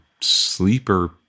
sleeper